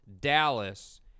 Dallas